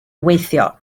weithio